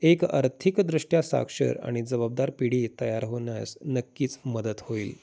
एक अर्थिकदृष्ट्या साक्षर आणि जबाबदार पिढी तयार होण्यास नक्कीच मदत होईल